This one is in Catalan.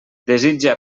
desitge